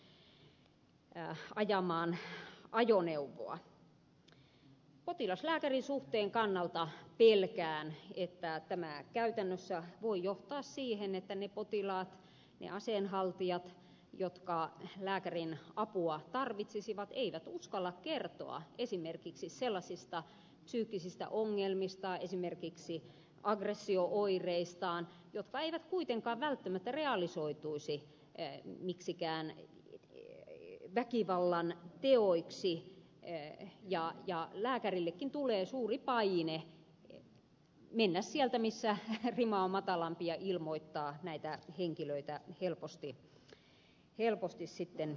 potilaslääkäri suhteen kannalta pelkään että tämä käytännössä voi johtaa siihen että ne potilaat ne aseen haltijat jotka lääkärin apua tarvitsisivat eivät uskalla kertoa esimerkiksi sellaisista psyykkisistä ongelmista esimerkiksi aggressio oireistaan jotka eivät kuitenkaan välttämättä realisoituisi miksikään väkivallanteoiksi ja lääkärillekin tulee suuri paine mennä sieltä missä rima on matalampi ja ilmoittaa näitä henkilöitä helposti sitten eteenpäin